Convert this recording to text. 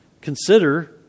consider